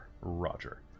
roger